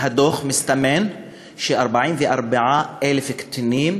מהדוח מסתמן ש-44,000 קטינים